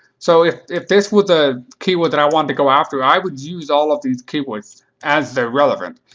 so if if this was a keyword that i wanted to go after, i would use all of these keywords, as they're relevant.